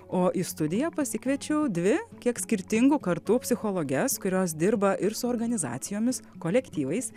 o į studiją pasikviečiau dvi kiek skirtingų kartų psichologes kurios dirba ir su organizacijomis kolektyvais